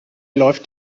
läuft